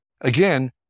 again